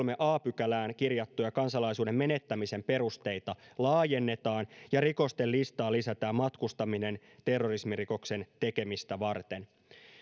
a pykälään kirjattuja kansalaisuuden menettämisen perusteita laajennetaan ja rikosten listaan lisätään matkustaminen terrorismirikoksen tekemistä varten